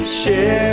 share